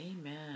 Amen